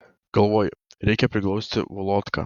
galvoju reikia priglausti volodką